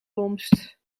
komst